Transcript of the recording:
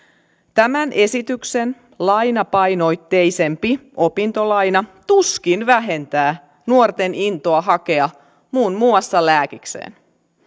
tämän esityksen lainapainotteisempi opintolaina tuskin vähentää nuorten intoa hakea muun muassa lääkikseen